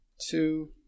two